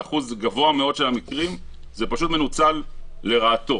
באחוז גבוה מאוד של המקרים זה פשוט מנוצל לרעתו,